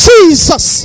Jesus